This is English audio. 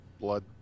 blood